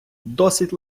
досить